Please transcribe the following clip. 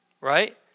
Right